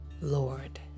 lord